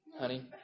honey